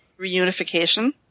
reunification